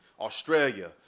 Australia